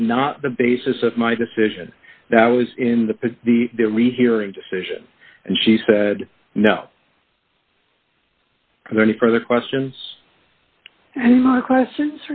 is not the basis of my decision that was in the the rehearing decision and she said no there any further questions and my question